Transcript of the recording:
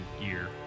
year